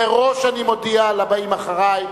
מראש אני מודיע לבאים אחרי,